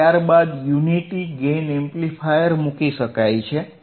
અને ત્યારબાદ unity gain amplifier મુકી શકાય છે